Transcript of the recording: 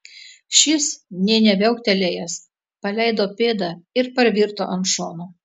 šis nė neviauktelėjęs paleido pėdą ir parvirto ant šono